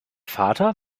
vater